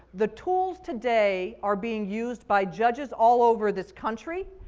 the tools today are being used by judges all over this country.